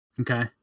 Okay